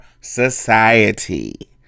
society